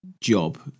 job